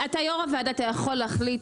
אתה יו"ר הוועדה אתה יכול להחליט,